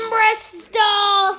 Bristol